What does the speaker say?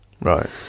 Right